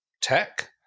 tech